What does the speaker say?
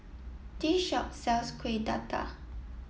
this shop sells Kuih Dadar